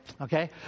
okay